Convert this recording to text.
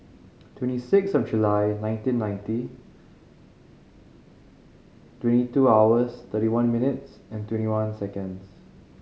twenty six of July nineteen ninety twenty two hours thirty one minutes and twenty one seconds